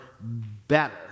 better